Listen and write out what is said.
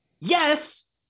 Yes